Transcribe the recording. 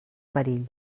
perill